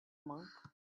monk